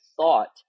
thought